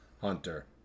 Hunter